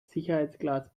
sicherheitsglas